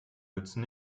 nützen